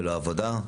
ללא עבודה,